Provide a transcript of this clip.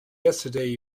yesterday